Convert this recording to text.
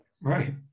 Right